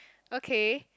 okay